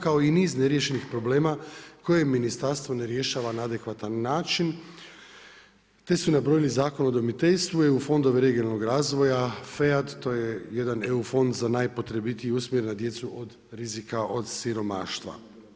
Kao i niz neriješenih problema, koje je ministarstvo ne rješava na adekvatan način, te su nabrojali Zakon o udomiteljstvu, fondove regionalnog razvoja, FEAT, to je jedan EU fond, za najpotrebitije i usmjerene na djecu od rizika od siromaštva.